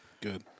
Good